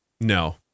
no